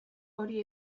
hori